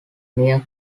near